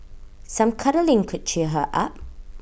some cuddling could cheer her up